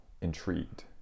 intrigued